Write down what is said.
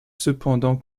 cependant